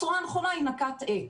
הצורה הנכונה היא 'נקט את'.